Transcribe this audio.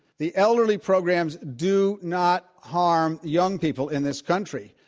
the elderly programs do not harm young people in this country,